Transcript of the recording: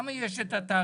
למה יש תעריפים?